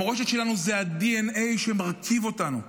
המורשת שלנו זה הדנ"א שמרכיב אותנו,